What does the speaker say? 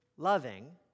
loving